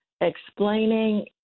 explaining